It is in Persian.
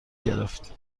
گرفت